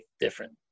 different